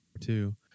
two